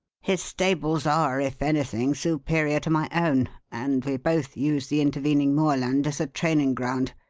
his stables are, if anything, superior to my own and we both use the intervening moorland as a training ground.